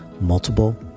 multiple